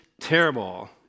terrible